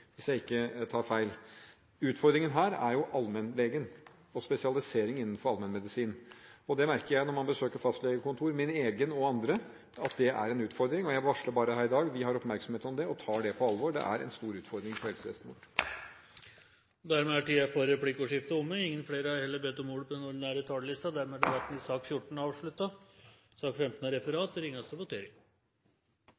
hvis jeg ikke tar feil. Utfordringen her er allmennlegen og spesialisering innenfor allmennmedisin. Det merker jeg når jeg besøker fastlegekontorer, både mitt eget og andres, at det er en utfordring. Jeg varsler bare her i dag at vi har oppmerksomhet om det og tar det på alvor. Det er en stor utfordring for helsevesenet vårt. Flere har ikke bedt om ordet til sak nr. 14. Vi er da klare til å gå til votering. Under debatten har representanten Trine Skei Grande satt fram et forslag på